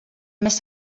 més